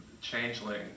Changeling